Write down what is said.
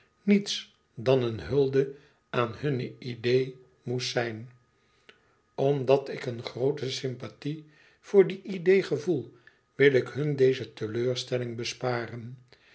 niets dan eene hulde aan hunne idee moest zijn omdat ik een groote sympathie voor die idee gevoel wil ik hun deze teleurstelling besparen